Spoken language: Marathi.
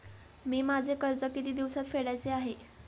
मी माझे कर्ज किती दिवसांत फेडायचे आहे?